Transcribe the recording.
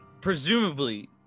Presumably